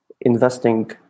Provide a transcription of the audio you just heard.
investing